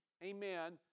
amen